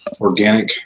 organic